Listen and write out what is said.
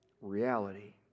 Reality